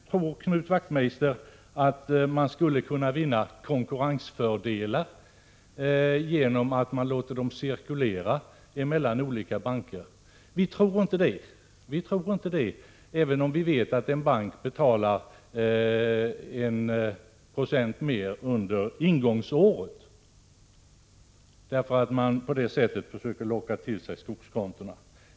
Knut Wachtmeister tror att det skulle gå att vinna konkurrensfördelar genom att låta skogsägarnas pengar cirkulera mellan olika banker. Vi tror inte det, även om vi vet att en bank betalar en procent mer i ränta under det första året och på så sätt försöker locka till sig skogskontona.